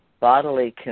Bodily